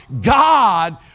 God